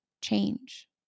change